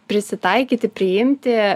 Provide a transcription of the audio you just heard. prisitaikyti priimti